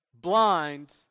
blind